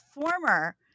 former